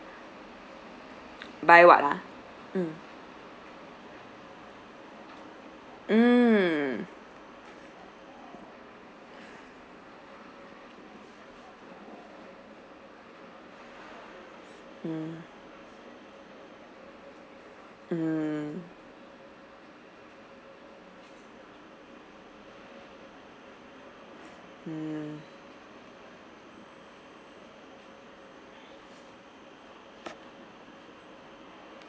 buy what ah mm mm mm mmhmm mm